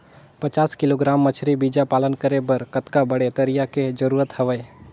पचास किलोग्राम मछरी बीजा पालन करे बर कतका बड़े तरिया के जरूरत हवय?